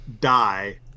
die